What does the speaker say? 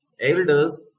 elders